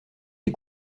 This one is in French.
des